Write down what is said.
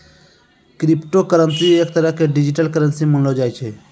crypto currency एक तरह के डिजिटल करन्सी मानलो जाय छै